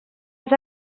els